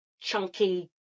chunky